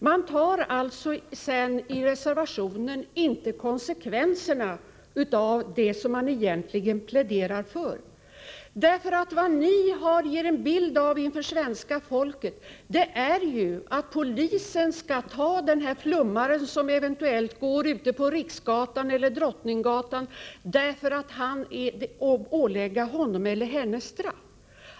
I reservationen tar man alltså inte konsekvenserna av det som man egentligen pläderar för. Vad ni ger en bild av inför svenska folket är ju att polisen skall ta flummare som går ute på Riksgatan eller Drottninggatan och ålägga honom eller henne straff.